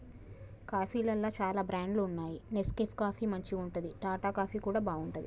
కాఫీలల్ల చాల బ్రాండ్స్ వున్నాయి నెస్కేఫ్ కాఫీ మంచిగుంటది, టాటా కాఫీ కూడా బాగుంటది